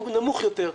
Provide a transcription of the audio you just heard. הוא נמוך יותר.